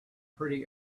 pretty